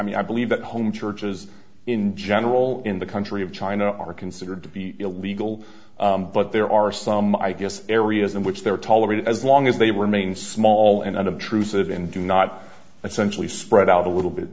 mean i believe that home churches in general in the country of china are considered to be illegal but there are some i guess areas in which there are tolerated as long as they were mean small and unobtrusive and do not essentially spread out a little bit